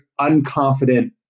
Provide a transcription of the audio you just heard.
unconfident